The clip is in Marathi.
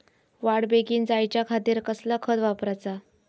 वाढ बेगीन जायच्या खातीर कसला खत वापराचा?